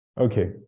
Okay